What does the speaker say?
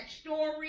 story